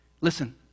Listen